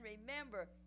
Remember